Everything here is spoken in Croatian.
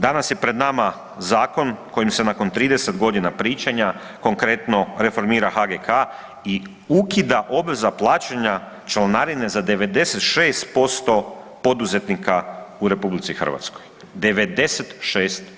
Danas je pred nama zakon kojim se nakon 30 godina pričanja konkretno reformira HGK i ukida obveza plaćanja članarine za 96% poduzetnika u RH, 96%